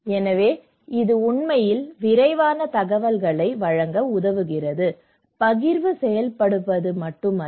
எனவே இது உண்மையில் விரைவான தகவல்களை வழங்க உதவுகிறது பகிர்வு செயல்படுவது மட்டுமல்ல